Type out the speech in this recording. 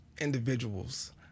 individuals